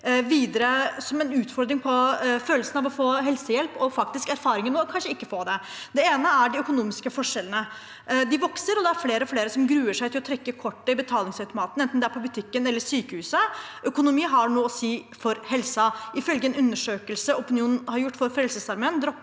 som en utfordring: Det gjelder følelsen av å få helsehjelp og erfaringen med kanskje ikke å få det. Det ene er de økonomiske forskjellene. De vokser, og det er flere og flere som gruer seg til å trekke kortet i betalingsautomaten, enten det er på butikken eller på sykehuset. Økonomi har noe å si for helsen. Ifølge en undersøkelse Opinion har gjort for Frelsesarmeen,